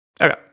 Okay